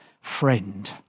friend